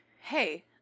Hey